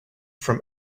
from